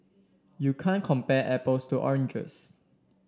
you can't compare apples to oranges